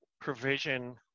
provision